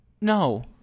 No